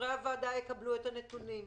חברי הוועדה יקבלו את הנתונים.